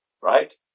right